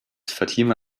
fatima